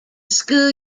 school